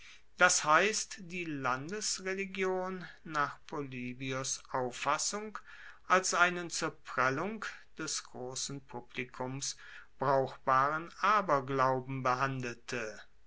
das heisst die landesreligion nach polybios auffassung als einen zur prellung des grossen publikums brauchbaren aberglauben behandelte